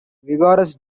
vigorous